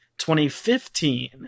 2015